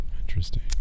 interesting